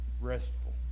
restful